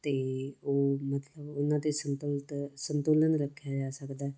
ਅਤੇ ਉਹ ਮਤਲਬ ਉਹਨਾਂ ਦੇ ਸੰਤੁਲਿਤ ਸੰਤੁਲਨ ਰੱਖਿਆ ਜਾ ਸਕਦਾ